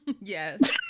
Yes